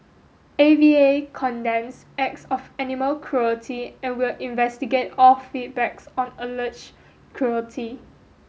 A V A condemns acts of animal cruelty and will investigate all feedback's on alleged cruelty